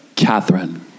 Catherine